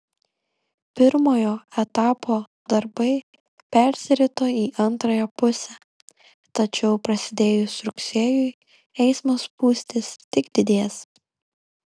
pirmojo etapo darbai persirito į antrąją pusę tačiau prasidėjus rugsėjui eismo spūstys tik didės